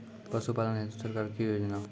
पशुपालन हेतु सरकार की योजना?